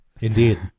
indeed